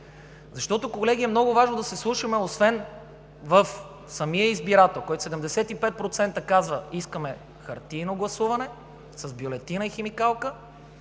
насам. Колеги, много е важно да се вслушаме освен в самия избирател, от който 75% казва: „Искаме хартиено гласуване с бюлетина и химикалка“,